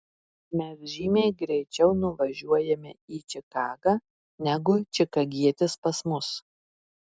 mes žymiai greičiau nuvažiuojame į čikagą negu čikagietis pas mus